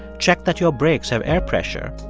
check that your brakes have air pressure,